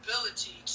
ability